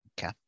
Okay